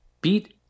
Beat